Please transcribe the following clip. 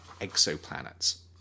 exoplanets